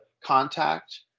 contact